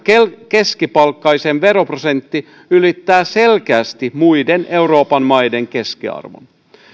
keskipalkkaisen veroprosentti ylittää selkeästi muiden euroopan maiden keskiarvon